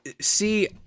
See